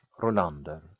Rolander